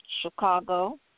Chicago